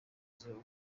izuba